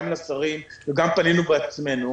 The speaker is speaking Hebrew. גם לשרים וגם פנינו בעצמנו.